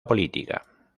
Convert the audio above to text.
política